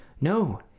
no